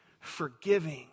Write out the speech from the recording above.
forgiving